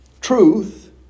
Truth